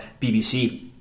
BBC